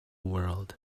world